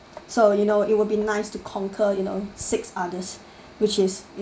so you know it will be nice to conquer you know six others which is